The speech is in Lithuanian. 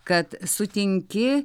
kad sutinki